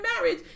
marriage